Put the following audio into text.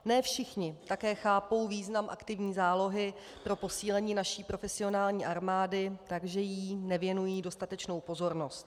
Ne všichni také chápou význam aktivní zálohy pro posílení naší profesionální armády, takže jí nevěnují dostatečnou pozornost.